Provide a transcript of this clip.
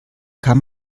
kann